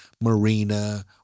Marina